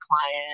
client